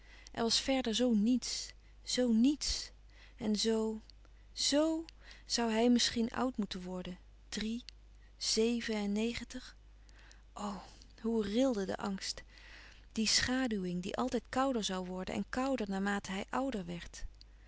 er was verder zoo niets zoo niets en zoo zo zoû hij misschien oud moeten worden drie zeven en negentig o hoe rilde de angst die schaduwing die altijd kouder zoû worden en kouder naarmate hij uder werd